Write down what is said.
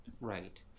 Right